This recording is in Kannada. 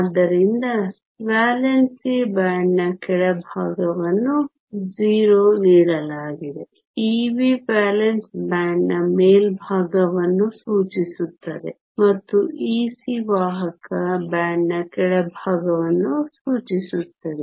ಆದ್ದರಿಂದ ವೇಲೆನ್ಸಿ ಬ್ಯಾಂಡ್ನ ಕೆಳಭಾಗವನ್ನು 0 ನೀಡಲಾಗಿದೆ Ev ವೇಲೆನ್ಸ್ ಬ್ಯಾಂಡ್ನ ಮೇಲ್ಭಾಗವನ್ನು ಸೂಚಿಸುತ್ತದೆ ಮತ್ತು Ec ವಾಹಕ ಬ್ಯಾಂಡ್ನ ಕೆಳಭಾಗವನ್ನು ಸೂಚಿಸುತ್ತದೆ